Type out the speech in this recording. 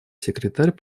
секретарь